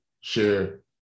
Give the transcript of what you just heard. share